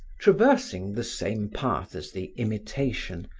traversing the same path as the imitation,